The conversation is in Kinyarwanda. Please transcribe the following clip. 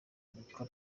ibuka